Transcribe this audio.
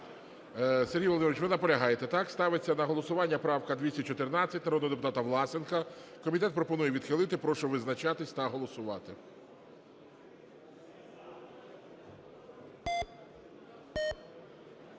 Сергій Володимирович, ви наполягаєте, так? Ставиться на голосування правка 214, народного депутата Власенка. Комітет пропонує відхилити, прошу визначатись та голосувати.